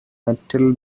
metal